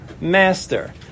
Master